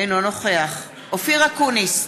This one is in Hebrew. אינו נוכח אופיר אקוניס,